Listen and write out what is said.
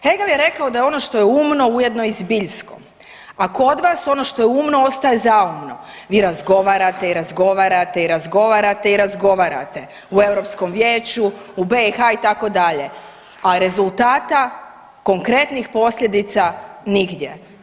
Hegel je rekao da je ono što je umno ujedno i zbiljsko, a kod vas ono što je umno ostaje zaumno, vi razgovarate i razgovarate i razgovarate i razgovarate u Europskom vijeću, u BiH itd., a rezultata, konkretnih posljedica nigdje.